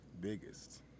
Biggest